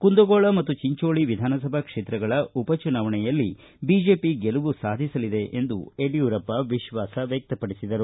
ಕುಂದಗೋಳ ಮತ್ತು ಚಿಂಚೋಳ ವಿಧಾನಸಭಾ ಕ್ಷೇತ್ರಗಳ ಉಪಚುನಾವಣೆಯಲ್ಲಿ ಬಿಜೆಪಿ ಗೆಲುವು ಸಾಧಿಸಲಿದೆ ಎಂದು ಯಡಿಯೂರಪ್ಪ ವಿಶ್ವಾಸ ವ್ಯಕ್ತಪಡಿಸಿದರು